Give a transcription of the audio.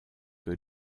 que